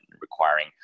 requiring